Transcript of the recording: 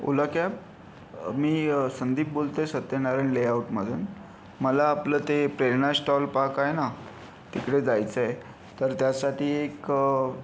ओला cab मी संदीप बोलतोय Satyanarayana layout मधून मला आपलं ते प्रेरणा स्टॉल पार्क आहे ना तिकडे जायचं आहे तर त्यासाठी एक